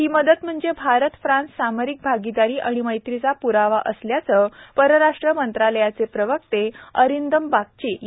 ही मदत म्हणजे भारत फ्रान्स सामरिक भागीदारी आणि मैत्रीचा प्रावा असल्याचा परराष्ट्र मंत्रालयाचे प्रवक्ते अरिंदम बागची यांनी म्हटलं आहे